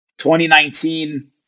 2019